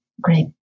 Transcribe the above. Great